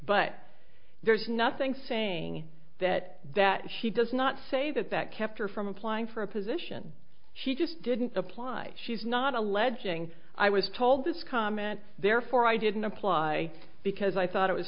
but there's nothing saying that that she does not say that that kept her from applying for a position she just didn't apply she's not alleging i was told this comment therefore i didn't apply because i thought it was